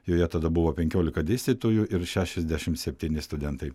joje tada buvo penkiolika dėstytojų ir šešiasdešim septyni studentai